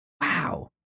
Wow